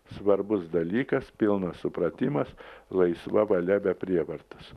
svarbus dalykas pilnas supratimas laisva valia be prievartos